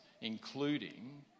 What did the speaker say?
including